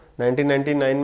1999